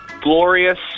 glorious